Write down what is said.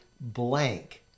blank